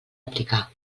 aplicar